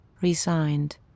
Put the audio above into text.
resigned